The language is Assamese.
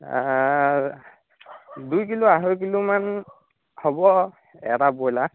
দুই কিলো আঢ়ৈ কিলোমান হ'ব এটা ব্ৰইলাৰ